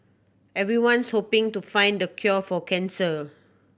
everyone's hoping to find the cure for cancer